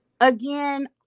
Again